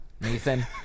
Nathan